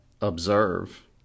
observe